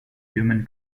human